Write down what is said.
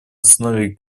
основе